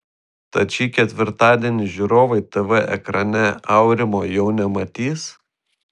tad šį ketvirtadienį žiūrovai tv ekrane aurimo jau nematys